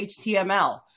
html